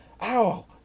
Ow